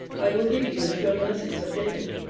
i will give you the sure mercies of david.